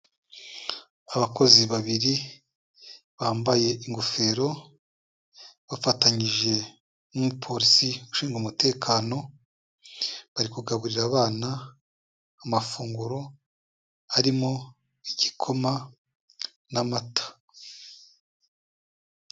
Abakozi babiri bambaye ingofero bafatanyije n'umupolisi ushinzwe umutekano, bari kugaburira abana amafunguro arimo igikoma n'amata.